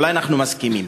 אולי אנחנו מסכימים.